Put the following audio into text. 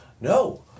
no